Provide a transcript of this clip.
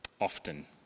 often